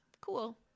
Cool